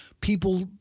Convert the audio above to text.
people